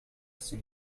السن